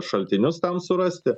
šaltinius tam surasti